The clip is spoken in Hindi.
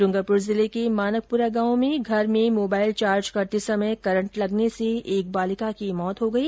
डूंगरपुर जिले के मानकपुरा गांव में घर में मोबाईल चार्ज करते समय करंट लगने से एक बालिका की मौत हो गई